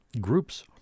groups